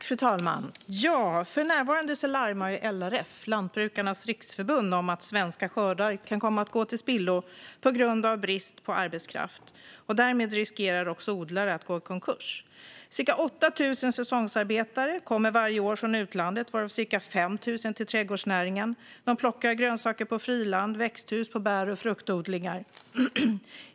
Fru talman! För närvarande larmar LRF, Lantbrukarnas Riksförbund, om att svenska skördar kan komma att gå till spillo på grund av brist på arbetskraft. Därmed riskerar också odlare att gå i konkurs. Cirka 8 000 säsongsarbetare kommer varje år från utlandet, varav ca 5 000 till trädgårdsnäringen. De plockar grönsaker på friland och i växthus på bär och fruktodlingar.